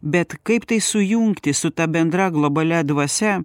bet kaip tai sujungti su ta bendra globalia dvasia